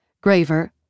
Graver